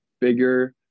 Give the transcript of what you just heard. Bigger